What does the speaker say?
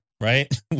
Right